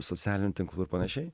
socialinių tinklų ir panašiai